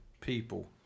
people